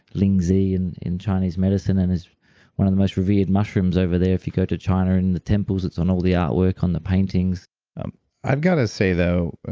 lingzhi in in chinese medicine and is one of the most revered mushrooms over there if you go to china and the temples it's on all the artwork on the paintings i've got to say though,